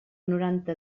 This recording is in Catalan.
noranta